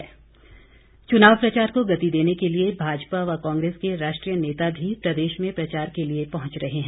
प्रचार चुनाव प्रचार को गति देने के लिए भाजपा व कांग्रेस के राष्ट्रीय नेता भी प्रदेश में प्रचार के लिए पहुंच रहे हैं